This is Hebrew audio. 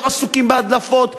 לא עסוקים בהדלפות,